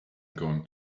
going